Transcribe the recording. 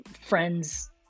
friend's